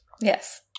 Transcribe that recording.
Yes